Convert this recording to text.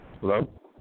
Hello